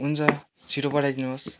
हुन्छ छिटो पठाइदिनुहोस्